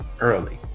early